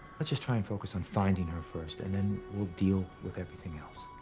let's just try and focus on finding her first, and then we'll deal with everything else.